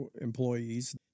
employees